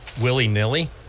willy-nilly